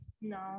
no